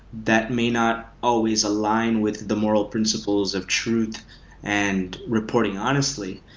that may not always align with the moral principles of truth and reporting honestly,